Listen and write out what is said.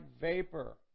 vapor